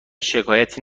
شکایتی